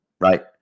Right